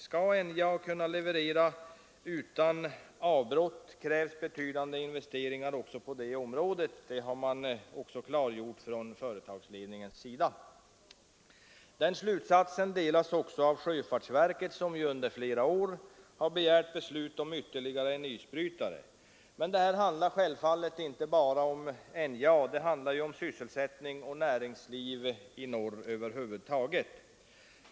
Skall NJA kunna leverera utan avbrott krävs betydande investeringar också på det området, det har man klargjort från företagsledningens sida. Den slutsatsen delas av sjöfartsverket, som under flera år har begärt beslut om ytterligare en isbrytare. Men det handlar självfallet inte bara om NJA — det handlar om sysselsättning och näringsliv i norr över huvud taget.